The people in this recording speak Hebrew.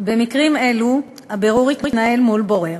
במקרים אלו הבירור יתנהל מול בורר,